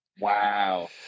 Wow